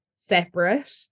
separate